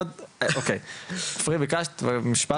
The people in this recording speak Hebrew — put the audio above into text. עפרי ביקשת משפט.